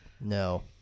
No